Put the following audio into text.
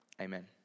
amen